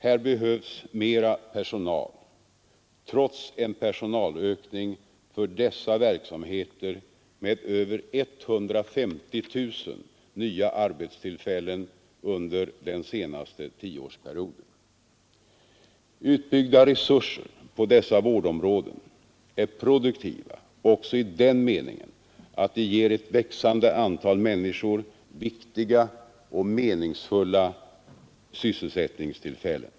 Här behövs mera personal trots en personalökning för dessa verksamheter med över 150 000 nya arbetstillfällen under den senaste tioårsperioden. Utbyggda resurser på dessa vårdområden är produktiva också i den meningen att de ger ett växande antal människor viktiga och meningsfulla sysselsättningstillfällen.